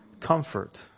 comfort